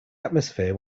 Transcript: atmosphere